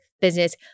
Business